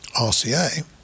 RCA